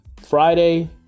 Friday